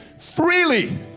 freely